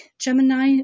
Gemini